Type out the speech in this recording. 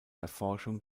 erforschung